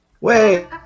Wait